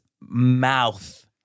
mouth